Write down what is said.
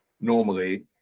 normally